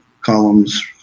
columns